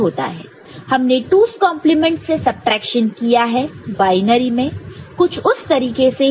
हमने 2's complement 2's complement से subtraction किया है बायनरी में कुछ उस तरीके से ही है